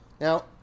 Now